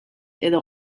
edo